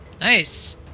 Nice